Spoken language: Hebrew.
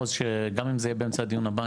גם אם זה יהיה באמצע הדיון הבא,